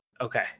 Okay